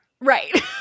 Right